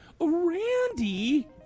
Randy